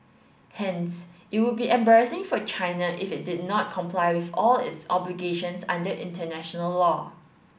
hence it would be embarrassing for China if it did not comply with all of its obligations under international law